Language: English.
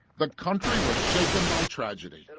the country was shaken by tragedy.